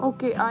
Okay